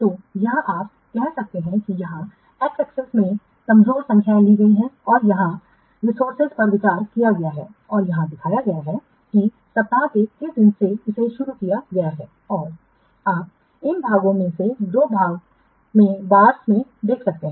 तो यहाँ आप कह सकते हैं कि यहाँ x axis में कमजोर संख्याएँ ली गई हैं और यहाँ रिसोर्सेज पर विचार किया गया है और यहाँ दिखाया गया है कि सप्ताह के किस दिन से इसे शुरू किया गया है और आप इन भागों में दो भाग में बारस में देख सकते हैं